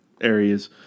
areas